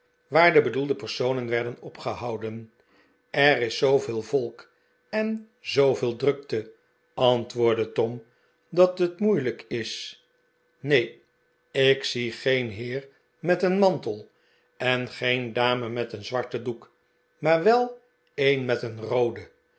waar de bedoelde personen werden opgehouden er is zooveel volk en zooveel drukte antwoordde tom dat het moeilijk is neen ik zie geen heer met een mantel en geen dame met een zwarten doek maar wel een met een rooden